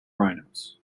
rhinos